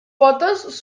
potes